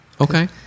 Okay